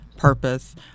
purpose